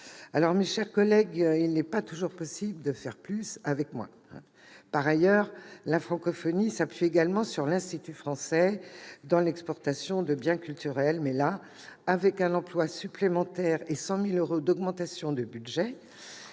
fragiles d'entre elles. Il n'est pas toujours possible de faire plus avec moins, mes chers collègues. Par ailleurs, la francophonie s'appuie également sur l'Institut français pour l'exportation de biens culturels. Mais avec un emploi supplémentaire et 100 000 euros d'augmentation de budget,